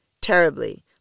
terribly